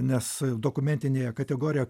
nes dokumentinėje kategorijo